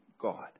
God